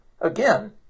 Again